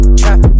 trap